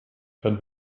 kann